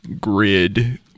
grid